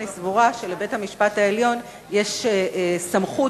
אני סבורה שלבית-המשפט העליון יש סמכות